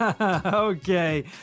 Okay